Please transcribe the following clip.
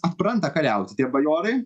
atpranta kariauti tie bajorai